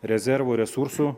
rezervų resursų